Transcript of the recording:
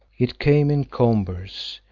it came in combers,